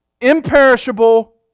imperishable